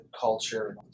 culture